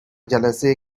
جلسه